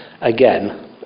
again